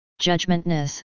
judgmentness